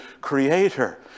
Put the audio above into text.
creator